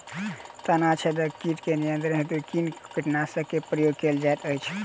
तना छेदक कीट केँ नियंत्रण हेतु कुन कीटनासक केँ प्रयोग कैल जाइत अछि?